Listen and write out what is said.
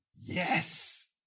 Yes